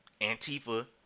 Antifa